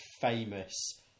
famous